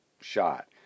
shot